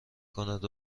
کند